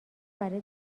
برای